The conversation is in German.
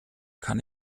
kann